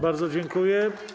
Bardzo dziękuję.